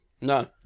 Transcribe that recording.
No